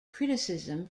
criticism